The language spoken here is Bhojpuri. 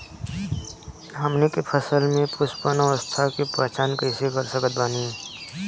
हमनी के फसल में पुष्पन अवस्था के पहचान कइसे कर सकत बानी?